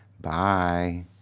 bye